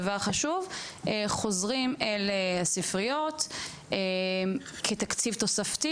דבר חשוב, חוזרים לספריות כתקציב תוספתי?